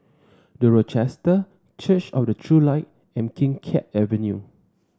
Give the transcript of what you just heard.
The Rochester Church of the True Light and Kim Keat Avenue